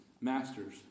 Masters